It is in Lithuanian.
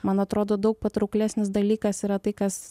man atrodo daug patrauklesnis dalykas yra tai kas